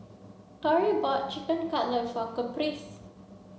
Torry bought Chicken Cutlet for Caprice